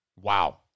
Wow